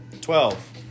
Twelve